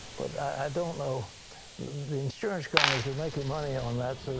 but i don't know the insurance companies are making money on that. so